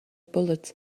bullets